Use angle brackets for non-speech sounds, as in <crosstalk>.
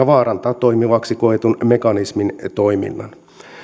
<unintelligible> vaarantaa toimivaksi koetun mekanismin toiminnan